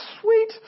sweet